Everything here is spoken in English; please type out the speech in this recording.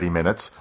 minutes